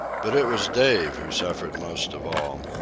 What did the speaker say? but it was dave who suffered most of all.